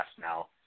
now